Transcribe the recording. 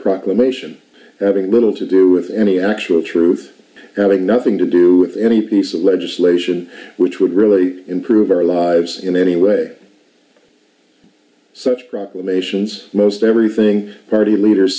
proclamation having little to do with any actual truth having nothing to do with any piece of legislation which would really improve our lives in any way such proclamations most everything party leaders